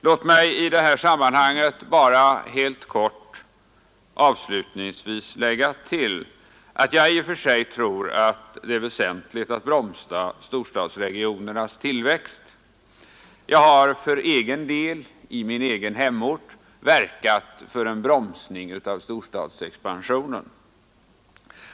Låt mig i detta sammanhang bara helt kort avslutningsvis lägga till att jag tror att det är väsentligt att bromsa storstadsregionernas tillväxt. Jag har i min egen hemort verkat för en bromsning av storstadsexpansionen.